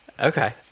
Okay